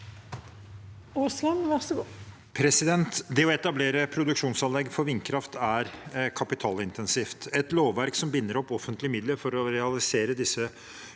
Det å etablere produksjonsanlegg for vindkraft er kapitalintensivt. Et lovverk som binder opp offentlige midler for å realisere disse